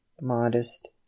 modest